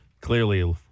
Clearly